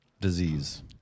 disease